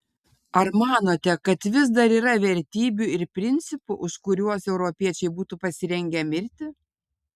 ar manote kad vis dar yra vertybių ir principų už kuriuos europiečiai būtų pasirengę mirti